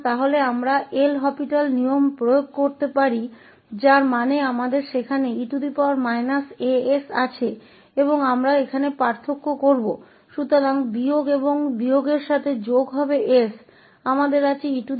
तो तब हम LHopital नियम लागू कर सकते हैं जिसका अर्थ है कि हमारे पास e as वहाँ है और हम यहाँ अंतर करेंगे